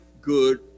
good